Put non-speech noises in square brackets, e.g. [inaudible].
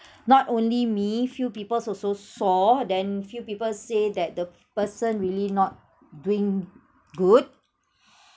[breath] not only me few peoples also saw then few people say that the person really not doing good [breath]